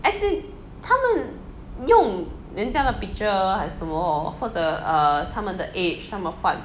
as in 他们用人家的 picture 还什么 hor 或者 err 他们的 age 他们换